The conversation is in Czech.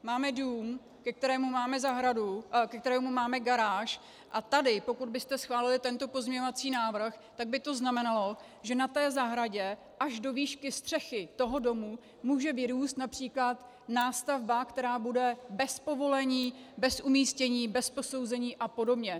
Máme dům, ke kterému máme zahradu, ke kterému máme garáž, a tady by to, pokud byste schválili tento pozměňovací návrh, znamenalo, že na té zahradě až do výšky střechy toho domu může vyrůst například nástavba, která bude bez povolení, bez umístění, bez posouzení apod.